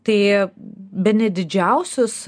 tai bene didžiausius